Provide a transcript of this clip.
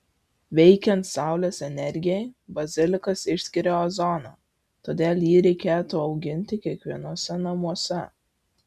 veikiant saulės energijai bazilikas išskiria ozoną todėl jį reikėtų auginti kiekvienuose namuose